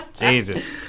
Jesus